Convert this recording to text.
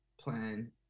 plan